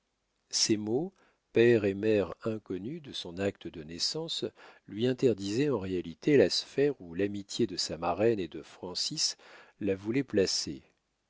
ces mots père et mère inconnus de son acte de naissance lui interdisaient en réalité la sphère où l'amitié de sa marraine et de francis la voulait placer